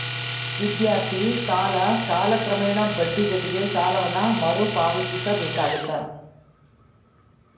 ವಿದ್ಯಾರ್ಥಿ ಸಾಲ ಕಾಲಕ್ರಮೇಣ ಬಡ್ಡಿ ಜೊತಿಗಿ ಸಾಲವನ್ನ ಮರುಪಾವತಿಸಬೇಕಾಗತ್ತ